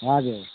हजुर